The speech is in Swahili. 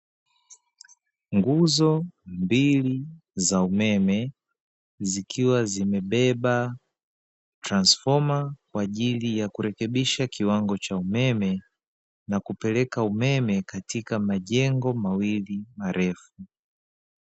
Nguzo mbili za umeme, zikiwa zimebeba trasifoma kwa ajili ya kurekebisha kiwango cha umeme na kupeleka umeme katika majengo mawili marefu.